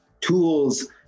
tools